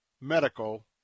medical